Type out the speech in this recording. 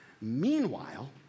Meanwhile